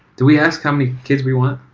did we ask how many kids we want?